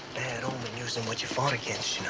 bad omen using what you fought against,